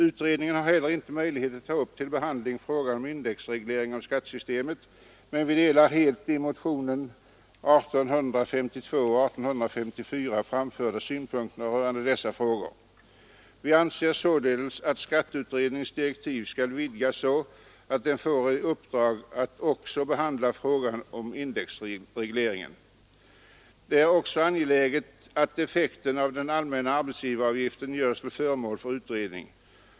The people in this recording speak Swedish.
Utredningen har inte heller möjlighet att ta upp till behandling frågan om en indexreglering av skattesystemet, men vi delar helt de i motionerna 1852 och 1854 framförda synpunkterna rörande dessa frågor. Vi anser således att skatteutredningens direktiv skall vidgas så att den får i uppdrag att också behandla frågan om indexreglering. Det är även angeläget att effekterna av den allmänna arbetsgivaravgiften görs till föremål för utredning.